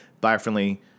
bio-friendly